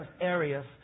areas